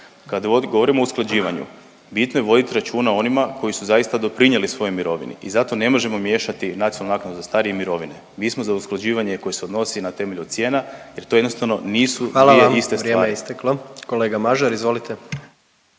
Kada govorimo o usklađivanju, bitno je voditi računa o onima koji su zaista doprinijeli svojoj mirovini i zato ne može miješati nacionalnu naknadu za starije i mirovine. Mi nismo za usklađivanje koje se odnosi na temelju cijena jer to jednostavno nisu …/Upadica predsjednik: Hvala vam, vrijeme je isteklo./… dvije iste